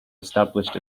established